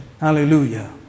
Hallelujah